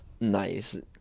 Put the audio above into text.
Nice